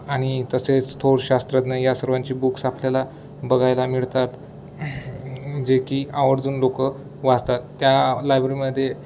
आणि तसेच थोड शास्त्रज्ञ या सर्वांची बुक्स आपल्याला बघायला मिळतात जे की आवर्जून लोकं वाचतात त्या लायब्ररीमध्ये